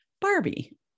Barbie